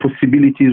possibilities